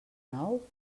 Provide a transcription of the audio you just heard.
nou